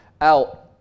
out